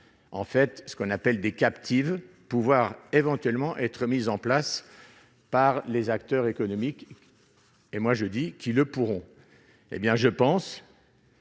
en fait ce qu'on appelle des captives pouvoir éventuellement être mises en place par les acteurs économiques et moi je dis qu'ils le pourront, hé bien je pense.